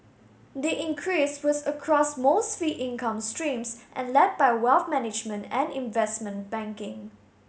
the increase was across most fee income streams and led by wealth management and investment banking